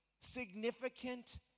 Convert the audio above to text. significant